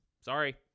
Sorry